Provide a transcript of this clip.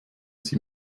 sie